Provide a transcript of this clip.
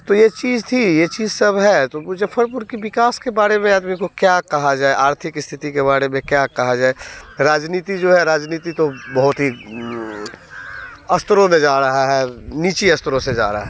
तो ये चीज़ थी ये चीज़ सब है तो मुज़फ़्फ़रपुर के विकास के बारे में आदमी को क्या कहा जाए आर्थिक स्थिति के बारे में क्या कहा जाए राजनीति जो है राजनीति तो बहुत ही स्तरों में जा रही है नीचे स्तरों में जा रही है